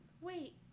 Wait